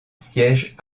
siège